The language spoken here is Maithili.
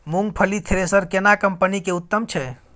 मूंगफली थ्रेसर केना कम्पनी के उत्तम छै?